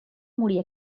morir